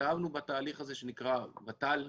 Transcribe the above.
הזה שנקרא וות"ל,